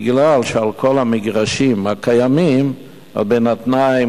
מפני שעל כל המגרשים הקיימים בינתיים